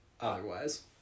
otherwise